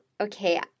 okay